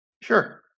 Sure